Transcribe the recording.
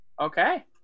okay